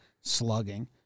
slugging